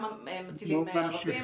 גם מצילים ערבים.